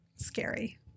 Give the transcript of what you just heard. scary